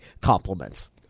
compliments